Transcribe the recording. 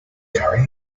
curry